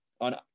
on